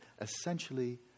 essentially